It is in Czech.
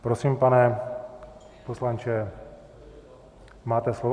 Prosím, pane poslanče, máte slovo.